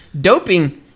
doping